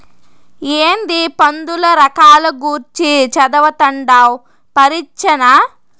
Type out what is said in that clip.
ఏందీ పందుల రకాల గూర్చి చదవతండావ్ పరీచ్చనా